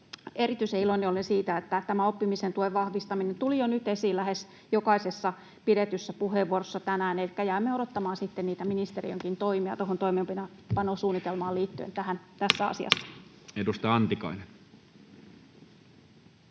Erityisen iloinen olen siitä, että tämä oppimisen tuen vahvistaminen tuli jo nyt esiin lähes jokaisessa pidetyssä puheenvuorossa tänään. Elikkä jäämme odottamaan sitten ministeriönkin toimia tuohon toimeenpanosuunnitelmaan liittyen tässä asiassa. Edustaja Antikainen.